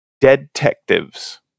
Detectives